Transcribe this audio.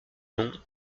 nom